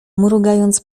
mrugając